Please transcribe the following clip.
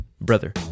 Brother